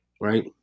Right